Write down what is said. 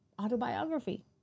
autobiography